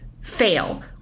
fail